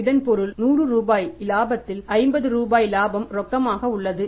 இதன் பொருள் 100 ரூபாய் இலாபத்தில் 50 ரூபாய் லாபம் ரொக்கமாக உள்ளது என்று கூறுகிறது